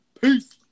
peace